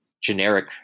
generic